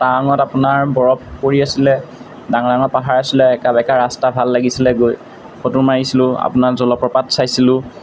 টাৱাঙত আপোনাৰ বৰফ পৰি আছিলে ডাঙৰ ডাঙৰ পাহাৰ আছিলে একে বেকা ৰাস্তা ভাল লাগিছিলে গৈ ফটো মাৰিছিলোঁ আপোনাৰ জলপ্ৰপাত চাইছিলোঁ